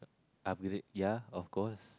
upgrade ya of course